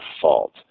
fault